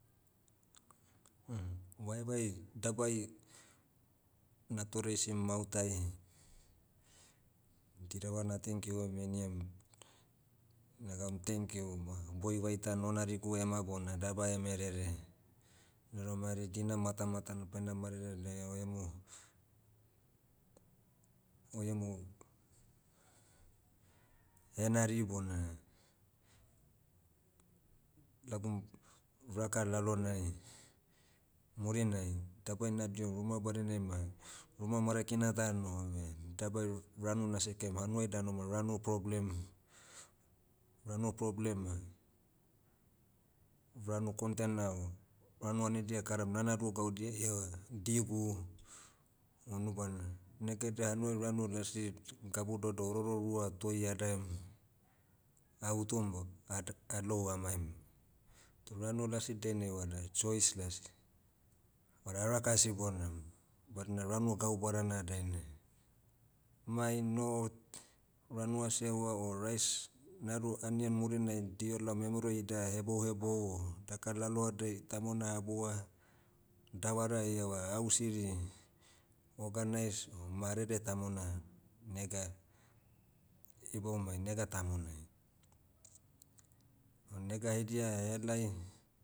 Vaevae dabai, natoreisim mautai, dirava na thankyou heniam, nagam thankyou ma boi vaitan onarigu ema bona daba eme rere. Naram hari dina matamatana baina marere laia oiemu- oiemu, henari bona, lagu, raka lalonai, murinai dabai nadiho ruma badinai ma, ruma marakina ta noho beh, dabai, ranu nasekem hanuai danu ma ranu problem- ranu problem ma, ranu kontena o, ranu anidia ekaram nanadu gaudia ieva digu, o unubana. Negaidia hanuai ranu lasi, gabu daudau ororo rua toi adaem, ah utum bo- ada- alou amaim. Toh ranu lasi dainai vada choice las. Vada araka sibonam, badina ranu gau badana dainai. Mai no, ranu asiahua o rais, nadu anian murinai diho lao memero ida hebouhebou o, daka lalohadai tamona haboua, davara ieva au siri, organise o marere tamona, nega- iboumai nega tamonai. O nega haidia helai,